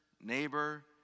neighbor